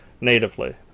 natively